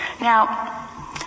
now